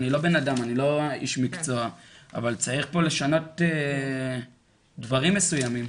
אני לא איש מקצוע אבל צריך פה לשנות דברים מסוימים.